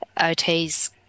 OTs